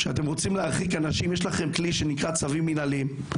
כשאתם רוצים להרחיק אנשים יש לכם כלי שנקרא צווים מנהליים.